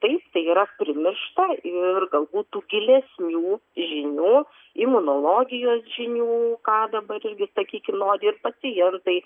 taip tai yra primiršta ir galbūt tų gilesnių žinių imunologijos žinių ką dabar irgi sakykim nori ir pacientai